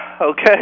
Okay